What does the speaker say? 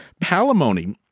palimony